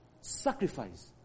sacrifice